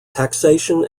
taxation